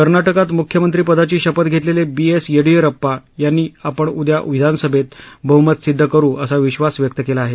कर्नाटकात मुख्यमंत्री पदाची शपथ घेतलेले बी एस येडीयुरप्पा यांनी आपण उद्या विधानसभेत बहुमत सिद्ध करु असा विधास व्यक्त केला आहे